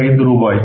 175 ரூபாய்